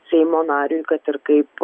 seimo nariui kad ir kaip